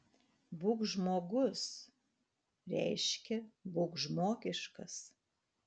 būk žmogus reiškia būk žmogiškas